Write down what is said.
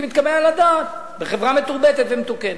מתקבל על הדעת בחברה מתורבתת ומתוקנת.